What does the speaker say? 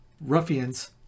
ruffians